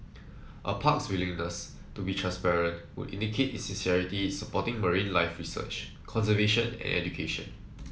a park's willingness to be transparent would indicate its sincerity in supporting marine life research conservation and education